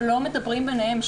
לא מדברים ביניהם.